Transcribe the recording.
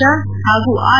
ಶಾ ಹಾಗೂ ಆರ್